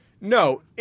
No